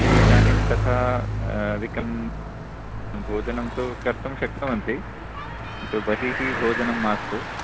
तर्हि इदानीं तथा अधिकं भोजनं तु कर्तुं शक्नुवन्ति तु बहिः भोजनं मास्तु